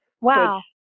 Wow